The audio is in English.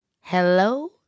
Hello